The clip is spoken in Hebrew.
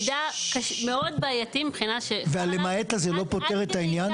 זהו מידע מאוד בעייתי -- וה "למעט" הזה לא פותר את העניין?